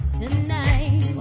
tonight